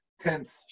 tense